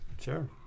Sure